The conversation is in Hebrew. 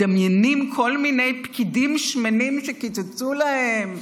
מדמיינים כל מיני פקידים שמנים שקיצצו להם.